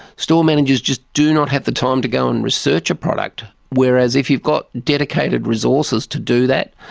store managers just do not have the time to go and research a product. whereas if you got dedicated resources to do that,